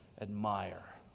admire